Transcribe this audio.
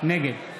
נגד